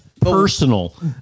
personal